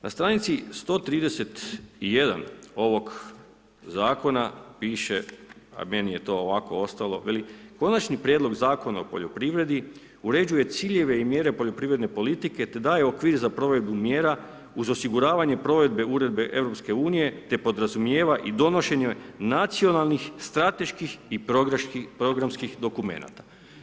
Na stranici 131. ovog zakona piše a meni je to ovako ostalo, veli, Konačni prijedlog Zakona o poljoprivredi uređuje ciljeve i mjere poljoprivredne politike te daje okvir za provedbu mjera uz osiguravanje provedbe uredbe EU-a te podrazumijeva i donošenje nacionalnih, strateških i programskih dokumenata.